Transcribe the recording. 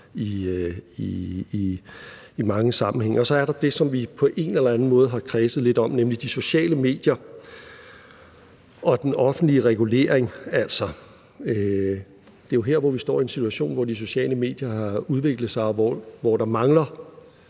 i mange sammenhænge. Og så er der det, som vi på en eller anden måde har kredset lidt om, nemlig de sociale medier og den offentlig regulering. Altså, det er jo her, hvor vi står en situation, hvor de sociale medier har udviklet sig, og hvor der ikke er